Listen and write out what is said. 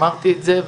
אמרתי את זה,